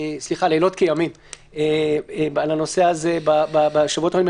לילות כימים על הנושא הזה בשבועות האחרונים,